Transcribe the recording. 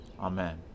Amen